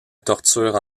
torture